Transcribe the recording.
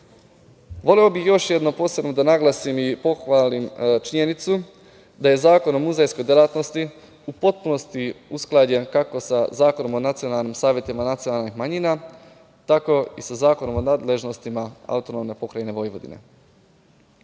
bih još jednom posebno da naglasim i pohvalim činjenicu da je Zakon o muzejskoj delatnosti u potpunosti usklađen kako sa Zakonom o nacionalnim savetima nacionalnih manjina, tako i sa Zakonom o nadležnostima AP Vojvodine.U